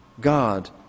God